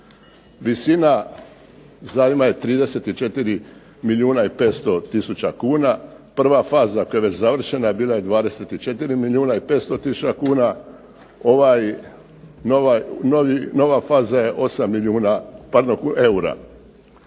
Visina zajma je 34 milijuna i 500000 kuna. Prva faza koja je već završena bila je 24 milijuna i 500000 kuna. Ova nova faza je 8 milijuna, pardon eura.